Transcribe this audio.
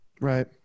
Right